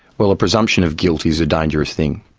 well, a presumption of guilt is a dangerous thing,